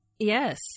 yes